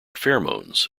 pheromones